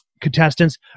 contestants